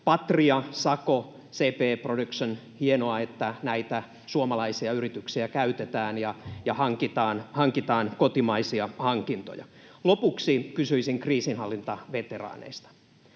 Patria, Sako, C.P.E. Production — hienoa, että näitä suomalaisia yrityksiä käytetään ja tehdään kotimaisia hankintoja. Lopuksi kysyisin kriisinhallintaveteraaneista: